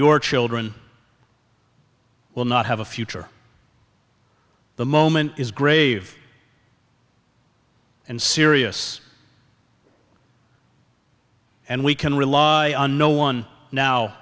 your children will not have a future the moment is grave and serious and we can rely on no one now